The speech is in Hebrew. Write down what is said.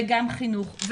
וגם חינוך,